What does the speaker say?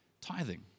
tithing